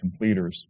completers